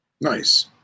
Nice